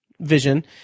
vision